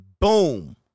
boom